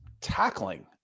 tackling